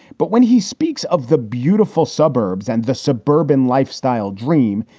but when he speaks of the beautiful suburbs and the suburban lifestyle dream,